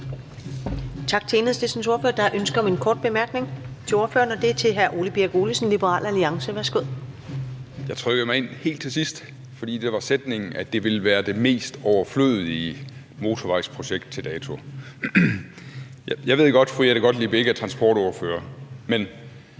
Tak til Enhedslistens ordfører. Der er ønske om en kort bemærkning til ordføreren, og det er fra hr. Ole Birk Olesen, Liberal Alliance. Værsgo. Kl. 13:32 Ole Birk Olesen (LA): Jeg trykkede mig ind helt til sidst, og det er på grund af sætningen om, at det ville være det mest overflødige motorvejsprojekt til dato. Jeg ved godt, at fru Jette Gottlieb ikke er transportordfører, men